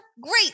Great